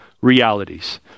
realities